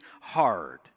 hard